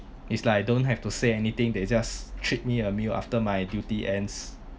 it's like don't have to say anything they just treat me a meal after my duty ends